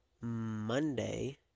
Monday